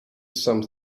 some